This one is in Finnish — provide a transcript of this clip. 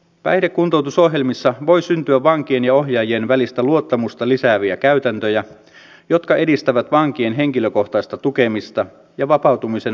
päihdekuntoutusohjelmissa voi syntyä vankien ja ohjaajien välistä luottamusta lisääviä käytäntöjä jotka edistävät vankien henkilökohtaista tukemista ja vapautumisen valmistelua